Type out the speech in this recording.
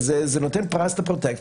זה נותן פרס לפרוטקציות.